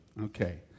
Okay